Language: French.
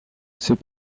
ses